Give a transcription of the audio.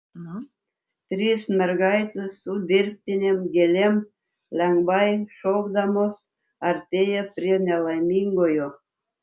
trys mergaitės su dirbtinėm gėlėm lengvai šokdamos artėja prie nelaimingojo